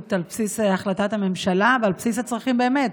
על בסיס החלטת הממשלה ועל בסיס הצרכים באמת,